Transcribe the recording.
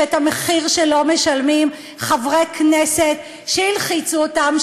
שאת המחיר שלו משלמים חברי כנסת שהלחיצו אותם,